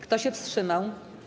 Kto się wstrzymał?